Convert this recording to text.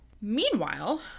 Meanwhile